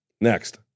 Next